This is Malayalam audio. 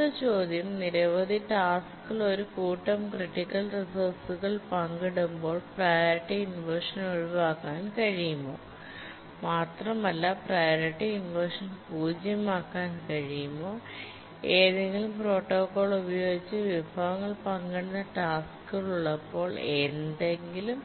അടുത്ത ചോദ്യം നിരവധി ടാസ്ക്കുകൾ ഒരു കൂട്ടം ക്രിട്ടിക്കൽ റിസോഴ്സ്കൾ പങ്കിടുമ്പോൾ പ്രിയോറിറ്റി ഇൻവെർഷൻ ഒഴിവാക്കാൻ കഴിയുമോ മാത്രമല്ല പ്രിയോറിറ്റി ഇൻവെർഷൻ പൂജ്യമാക്കാൻ കഴിയുമോ ഏതെങ്കിലും പ്രോട്ടോക്കോൾ ഉപയോഗിച്ച് വിഭവങ്ങൾ പങ്കിടുന്ന ടാസ്ക്കുകൾ ഉള്ളപ്പോൾ ഏതെങ്കിലും